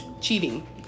cheating